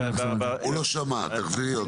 הוא לא שמע תחזרי עוד פעם.